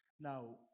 Now